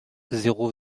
zéro